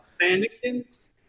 Mannequins